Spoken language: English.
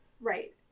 right